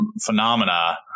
phenomena